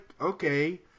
okay